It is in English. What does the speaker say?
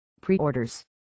pre-orders